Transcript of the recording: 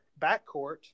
backcourt